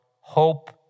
hope